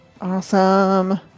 Awesome